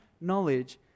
knowledge